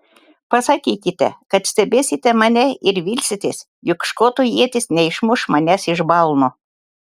pasakykite kad stebėsite mane ir vilsitės jog škoto ietis neišmuš manęs iš balno